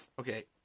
okay